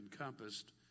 encompassed